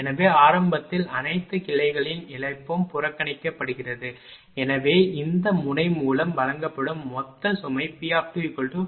எனவே ஆரம்பத்தில் அனைத்து கிளைகளின் இழப்பும் புறக்கணிக்கப்படுகிறது எனவே இந்த முனை மூலம் வழங்கப்படும் மொத்த சுமை P2PL2PL3PL40